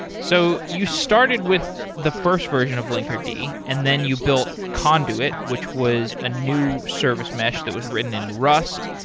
so you started with the first version of linkerd, and then you built conduit, which was a new service mesh that was written in rust,